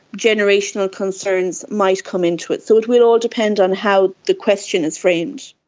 generational concerns might come into it. so it will all depend on how the question is framed.